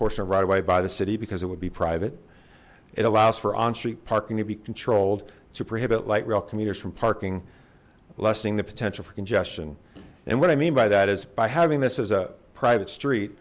right away by the city because it would be private it allows for on street parking to be controlled to prohibit light rail commuters from parking lessening the potential for congestion and what i mean by that is by having this as a private street